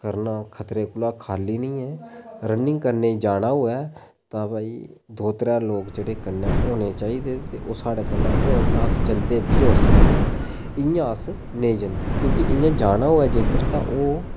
करना खतरे कोला खाली निं ऐ रनिंग करने ई जाना होऐ तां भाई दौ त्रैऽ लोक जेह्ड़े कन्नै होने चाहिदे तां ओह् साढ़े कन्नै होन तां अस जंदे भी उसलै गै है'न इं'या अस नेईं जंदे क्योंकि इं'या जाना होऐ जेकर तां ओह्